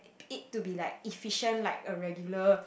it to be like efficient like a regular